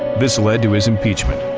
this led to his impeachment,